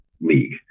league